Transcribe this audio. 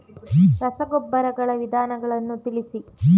ರಸಗೊಬ್ಬರಗಳ ವಿಧಗಳನ್ನು ತಿಳಿಸಿ?